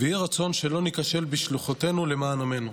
ויהי רצון שלא ניכשל בשליחותנו למען עמנו.